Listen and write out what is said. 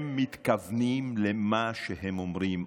הם מתכוונים למה שהם אומרים.